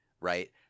Right